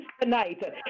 tonight